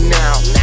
now